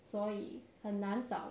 所以很难找